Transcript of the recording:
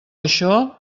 això